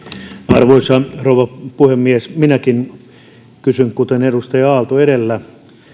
arvoisa rouva puhemies minäkin kysyn kuten edustaja aalto edellä